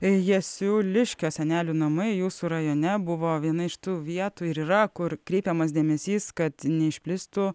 jasiuliškio senelių namai jūsų rajone buvo viena iš tų vietų ir yra kur kreipiamas dėmesys kad neišplistų